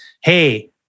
hey